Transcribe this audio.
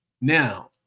Now